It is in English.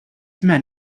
man